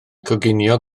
coginio